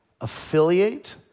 affiliate